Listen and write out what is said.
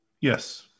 Yes